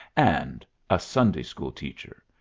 and a sunday-school teacher.